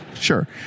Sure